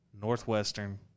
Northwestern